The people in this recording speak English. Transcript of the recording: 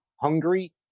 hungry